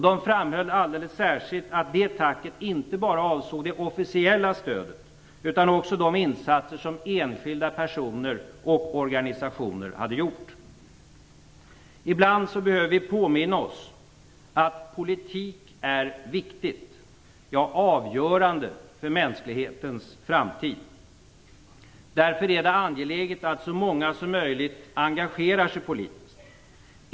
De framhöll alldeles särskilt att det tacket inte bara avsåg det officiella stödet utan också de insatser som enskilda personer och organisationer hade gjort. Ibland behöver vi påminna oss om att politik är viktigt, ja, avgörande för mänsklighetens framtid. Därför är det angeläget att så många som möjligt engagerar sig politiskt.